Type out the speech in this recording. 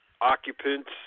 occupants